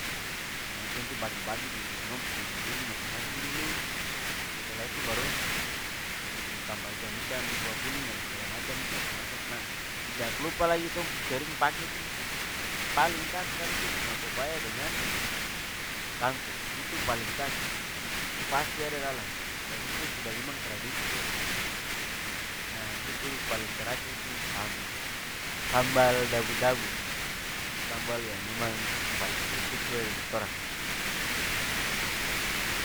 Nah itu nanti bagi-bagi di dalam dong pu piring masing-masing dulu, setelah itu baru kasih tanbah ikan-ikan kuah kuning segala macm itu kasih masuk. Nah tidak lupa lagi tong sering pake tu, paling khas skali tu bunga pepaya dengan kangkung, itu paling khas sudah. Itu pasti ada dalam dan itu sudah memang tradisi sudah. Nah habis itu, paling terakhir itu, sambal. Sambal dabu-dabu, sambal yang memang paling identik sudah dengan kitorang.